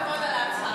כל הכבוד על ההצהרה,